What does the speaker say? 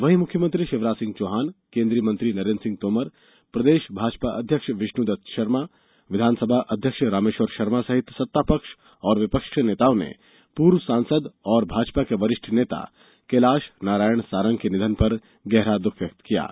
वहीं मुख्यमंत्री शिवराज सिंह चौहान केन्द्रीय मंत्री नरेन्द्र सिंह तोमर प्रदेश भाजपा अध्यक्ष विष्णुदत्त शर्मा विधानसभा अध्यक्ष रामेश्वर शर्मा सहित सत्तापक्ष और विपक्ष के नेताओं ने पूर्व सांसद और भाजपा के वरिष्ठ नेता कैलाश नारायण सारंग के निधन पर गहरा दूःख व्यक्त किया है